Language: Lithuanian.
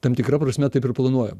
tam tikra prasme taip ir planuojam